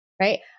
right